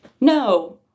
No